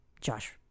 Josh